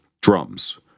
Drums